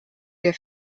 der